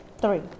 three